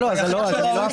אני לא אפריע.